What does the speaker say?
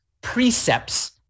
precepts